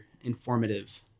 informative